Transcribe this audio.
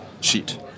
sheet